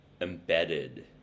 embedded